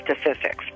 statistics